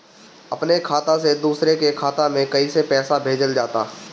अपने खाता से दूसरे के खाता में कईसे पैसा भेजल जाला?